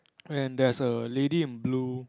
and there's a lady in blue